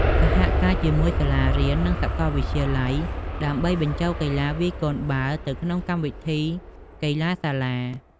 សហការជាមួយ សាលារៀន និងសាកលវិទ្យាល័យ ដើម្បីបញ្ចូលកីឡាវាយកូនបាល់ទៅក្នុងកម្មវិធីកីឡាសាលា។